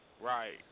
right